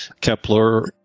Kepler